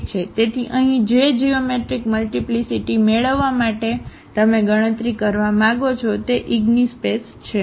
તેથી અહીં જે જીઓમેટ્રિક મલ્ટીપ્લીસીટી મેળવવા માટે તમે ગણતરી કરવા માંગો છો તે ઇગિનેસ્પેસ છે